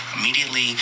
immediately